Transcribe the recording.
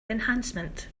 enhancement